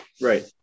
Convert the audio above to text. Right